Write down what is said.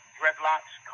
dreadlocks